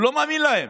הוא לא מאמין להם.